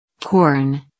Corn